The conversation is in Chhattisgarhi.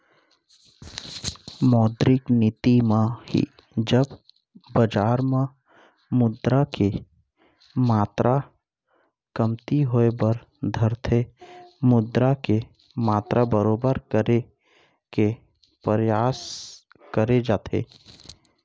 मौद्रिक नीति म ही जब बजार म मुद्रा के मातरा कमती होय बर धरथे मुद्रा के मातरा बरोबर करे के परयास करे जाथे